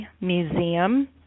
Museum